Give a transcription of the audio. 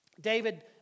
David